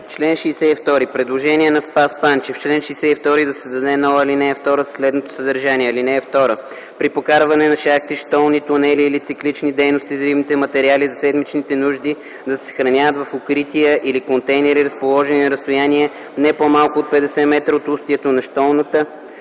Член 62 – предложение на Спас Панчев: В чл. 62 да се създаде нова ал. 2 със следното съдържание: „(2) При прокарване на шахти, щолни, тунели или циклични дейности, взривните материали за седмичните нужди да се съхраняват в укрития или контейнери разположени на разстояние не по-малко от 50 м. от устието на щолнята,